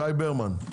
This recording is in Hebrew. שי ברמן.